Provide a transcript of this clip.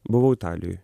buvau italijoj